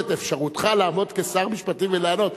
את אפשרותך לעמוד כשר משפטים ולענות?